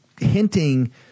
hinting